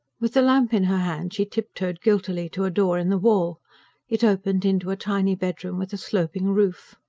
with the lamp in her hand, she tip-toed guiltily to a door in the wall it opened into a tiny bedroom with a sloping roof.